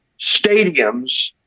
Stadiums